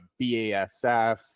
BASF